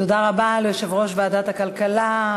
תודה רבה ליושב-ראש ועדת הכלכלה,